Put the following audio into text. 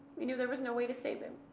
we knew there was no way to save him.